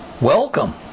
Welcome